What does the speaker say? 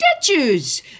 statues